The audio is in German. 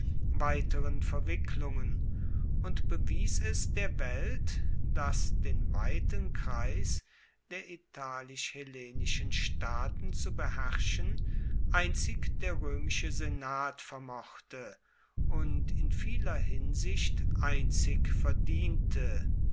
weiteren verwicklungen und bewies es der welt dass den weiten kreis der italisch hellenischen staaten zu beherrschen einzig der roemische senat vermochte und in vieler hinsicht einzig verdiente